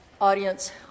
audience